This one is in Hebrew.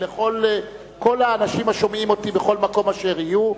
כל האנשים השומעים אותי בכל מקום שבו יהיו.